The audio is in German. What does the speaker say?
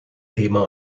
thema